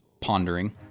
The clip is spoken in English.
pondering